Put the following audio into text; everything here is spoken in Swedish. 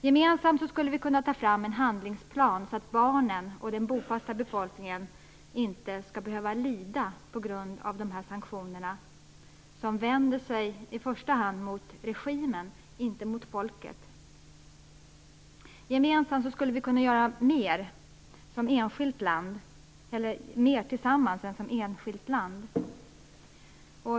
Gemensamt skulle vi kunna ta fram en handlingsplan så att barnen och den bofasta befolkningen inte behöver lida på grund av sanktionerna som i första hand vänder sig mot regimen och inte mot folket. Vi skulle kunna göra mer tillsammans än som enskilt land.